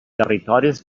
territoris